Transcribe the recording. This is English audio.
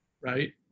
right